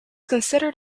considered